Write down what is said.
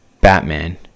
Batman